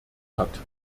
hat